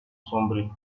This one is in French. sombrer